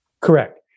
Correct